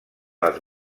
les